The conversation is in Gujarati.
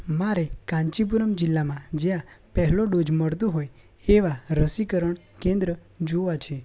મારે કાંચીપુરમ જિલ્લામાં જ્યાં પહેલો ડોઝ મળતો હોય એવાં રસીકરણ કેન્દ્ર જોવાં છે